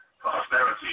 prosperity